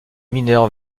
mineures